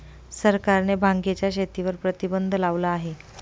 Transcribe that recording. सरकारने भांगेच्या शेतीवर प्रतिबंध लावला आहे